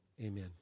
Amen